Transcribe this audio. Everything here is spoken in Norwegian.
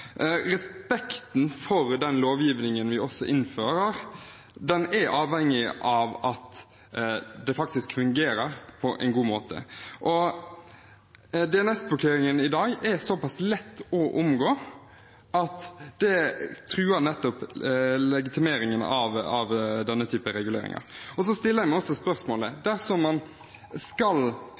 Respekten for den lovgivningen vi innfører, er avhengig av at den faktisk fungerer på en god måte, og DNS-blokkeringen er såpass lett å omgå at det truer nettopp legitimeringen av denne type reguleringer. Og så stiller jeg meg også spørsmålet: Dersom man skal